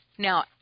Now